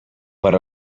per